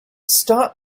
stop